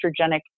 estrogenic